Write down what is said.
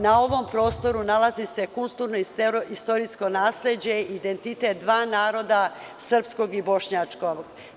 Na ovom prostoru nalazi se kulturno-istorijsko nasleđe, identitet dva naroda, srpskog i bošnjačkog.